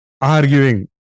arguing